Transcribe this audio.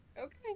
Okay